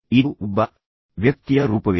ಇದು ಒಬ್ಬ ವ್ಯಕ್ತಿಯ ರೂಪವೇ